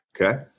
Okay